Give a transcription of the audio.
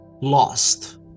lost